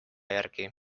järgi